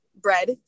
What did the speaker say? bread